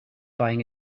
buying